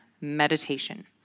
meditation